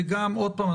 עוד פעם,